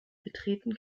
betreten